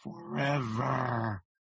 forever